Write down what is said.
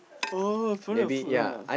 oh you finding the food ah